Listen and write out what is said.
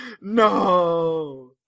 No